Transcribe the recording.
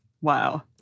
Wow